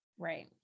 Right